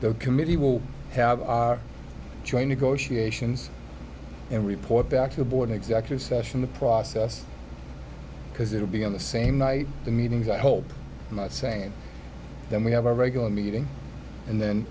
the committee will have trying to go she ations and report back to the board executive session the process because it will be on the same night the meetings i hope i'm not saying then we have a regular meeting and then